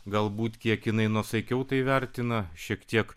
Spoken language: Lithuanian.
galbūt kiek jinai nuosaikiau tai vertina šiek tiek